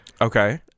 Okay